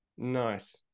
Nice